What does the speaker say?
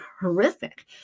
horrific